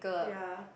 ya